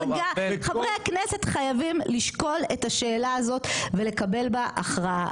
אבל גם חברי הכנסת חייבים לשקול את השאלה הזאת ולקבל בה הכרעה.